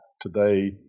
today